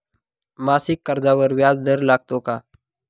मासिक कर्जावर व्याज दर लागतो का?